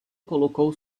colocou